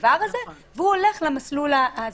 בדבר הזה, והוא הולך למסלול הזה.